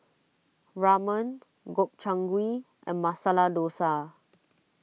Ramen Gobchang Gui and Masala Dosa